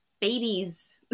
babies